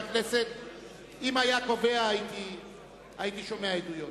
אם היה קובע, הייתי שומע עדויות.